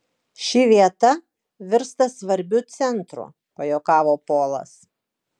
ši vieta virsta svarbiu centru pajuokavo polas